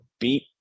beat